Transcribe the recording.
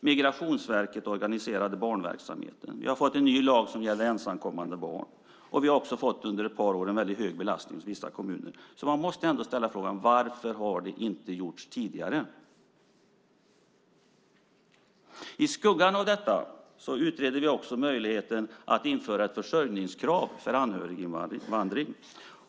Migrationsverket organiserar barnverksamheten. Vi har fått en ny lag som gäller ensamkommande barn. Under ett par år har vissa kommuner fått en hög belastning. Varför har detta inte gjorts tidigare? I skuggan av detta utreder vi också möjligheten att införa ett försörjningskrav för anhöriginvandring.